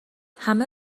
همه